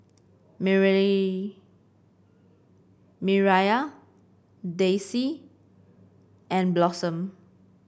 Miriah Dayse and Blossom